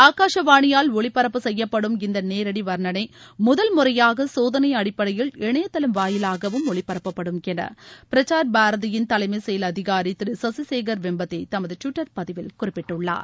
ஆகாசவாணியால் ஒலிபரப்பு செய்யப்படும் இந்த நேரடி வர்ணணை முதல்முறையாக சோதனை அடிப்படையில் இணையதளம் வாயிலாகவும் ஒலிபரப்பப்படும் என பிரஸார் பாரதியின் தலைமை செயல் அதிகாரி திரு சசிசேகர் வெம்பட்டி தமது டுவிட்டர் பதிவில் குறிப்பிட்டுள்ளார்